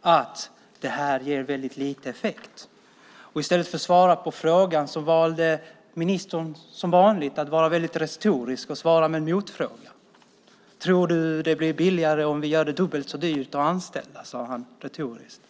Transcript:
att det här ger väldigt lite effekt. I stället för att svara på frågan valde ministern, som vanligt, att vara väldigt retorisk och svara med en motfråga: Tror du att det blir billigare om vi gör det dubbelt så dyrt att anställa? Det sade han retoriskt.